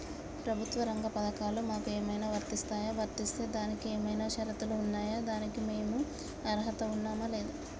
ప్రభుత్వ రంగ పథకాలు మాకు ఏమైనా వర్తిస్తాయా? వర్తిస్తే దానికి ఏమైనా షరతులు ఉన్నాయా? దానికి మేము అర్హత ఉన్నామా లేదా?